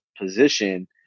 position